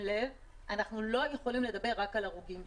אנחנו לא יכולים לדבר רק על הרוגים.